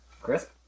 Chris